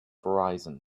verizon